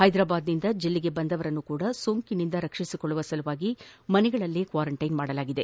ಹೈದರಾಬಾದ್ನಿಂದ ಜಿಲ್ಲೆಗೆ ಬಂದವರನ್ನು ಸಹ ಸೋಂಕಿನಿಂದ ರಕ್ಷಿಸಿಕೊಳ್ಳುವ ಸಲುವಾಗಿ ಮನೆಗಳಲ್ಲೇ ಕ್ವಾರಂಟೈನ್ ಮಾಡಲಾಗಿದೆ